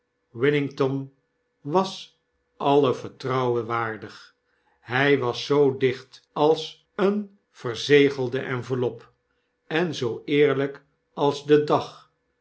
wiginton was alle vertrouwen waardig hy was zoo dicht als een verzegelde enveloppe en zoo eerlyk als de dag